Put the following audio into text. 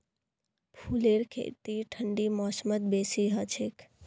फूलेर खेती ठंडी मौसमत बेसी हछेक